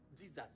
Jesus